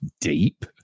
deep